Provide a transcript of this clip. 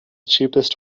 cheapest